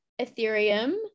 Ethereum